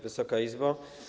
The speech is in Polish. Wysoka Izbo!